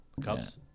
Cubs